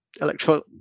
electro